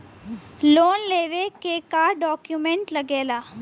Loan लेवे के का डॉक्यूमेंट लागेला?